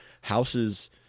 houses